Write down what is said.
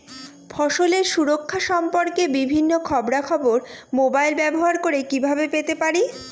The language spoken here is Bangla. ফসলের সুরক্ষা সম্পর্কে বিভিন্ন খবরা খবর মোবাইল ব্যবহার করে কিভাবে পেতে পারি?